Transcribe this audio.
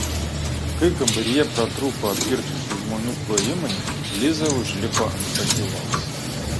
kai kambaryje pratrūko apgirtusių žmonių plojimai liza užlipo ant pakylos